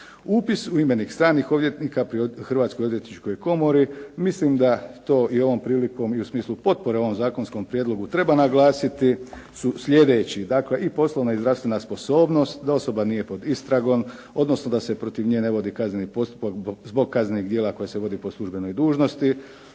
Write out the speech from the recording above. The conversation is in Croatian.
Upis u imenik stranih odvjetnika pri Hrvatskoj odvjetničkoj komori mislim da to i ovom prilikom i u mislu potpore ovom zakonskom prijedlogu treba naglasiti su sljedeći. Dakle i poslovna i zdravstvena sposobnost, da osoba nije pod istragom, odnosno da se protiv nje ne vodi kazneni postupak zbog kaznenih djela koja se vode po službenoj dužnosti,